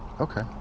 Okay